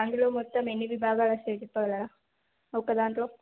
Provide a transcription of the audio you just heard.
అందులో మొత్తం ఎన్ని విభాగాలు వస్తాయి చెప్పగలరా ఒక దాంట్లో